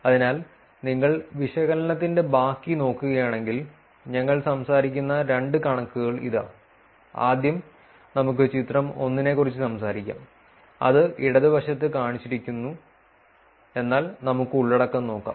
അതിനാൽ നിങ്ങൾ വിശകലനത്തിന്റെ ബാക്കി നോക്കുകയാണെങ്കിൽ ഞങ്ങൾ സംസാരിക്കുന്ന രണ്ട് കണക്കുകൾ ഇതാ ആദ്യം നമുക്ക് ചിത്രം 1 നെക്കുറിച്ച് സംസാരിക്കാം അത് ഇടതുവശത്ത് കാണിച്ചിരിക്കുന്നു എന്നാൽ നമുക്ക് ഉള്ളടക്കം നോക്കാം